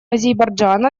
азербайджана